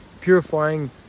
purifying